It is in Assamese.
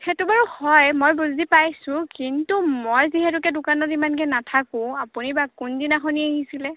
সেইটো বাৰু হয় মই বুজি পাইছোঁ কিন্তু মই যিহেতুকে দোকানত ইমানকৈ নাথাকোঁ আপুনি বা কোনদিনাখন আহিছিলে